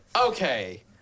okay